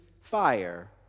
fire